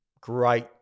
great